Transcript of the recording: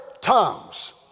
tongues